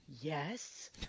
yes